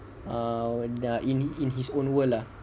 err in in his own world lah